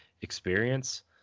experience